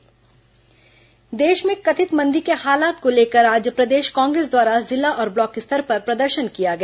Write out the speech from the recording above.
कांग्रेस प्रदर्शन देश में कथित मंदी के हालात को लेकर आज प्रदेश कांग्रेस द्वारा जिला और ब्लॉक स्तर पर प्रदर्शन किया गया